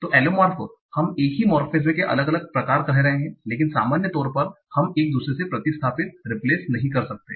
तो एलोमॉर्फ हम एक ही मोर्फेमेज़ के अलग अलग प्रकार कह रहे हैं लेकिन सामान्य तौर पर हम एक दूसरे से प्रतिस्थापित नहीं कर सकते